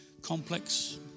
complex